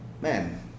man